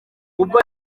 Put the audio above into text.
ubwo